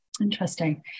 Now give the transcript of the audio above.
Interesting